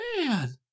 man